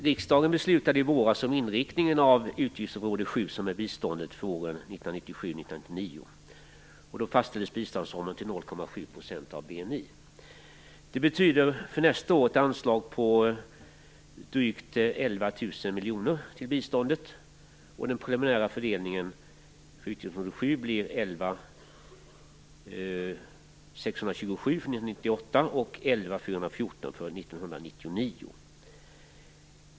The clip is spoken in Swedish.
Riksdagen beslutade i våras om inriktningen av utgiftsområde 7, biståndet, för åren Det betyder för nästa år ett anslag på drygt 11 000 11 414 miljoner för 1999.